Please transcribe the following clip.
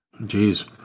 Jeez